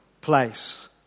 place